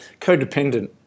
codependent